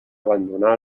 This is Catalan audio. abandonar